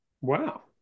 Wow